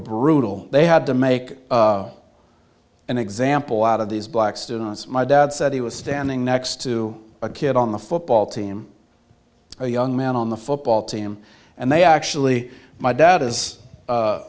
brutal they had to make an example out of these black students my dad said he was standing next to a kid on the football team a young man on the football team and they actually my dad